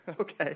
Okay